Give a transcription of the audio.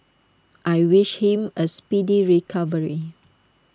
I wish him A speedy recovery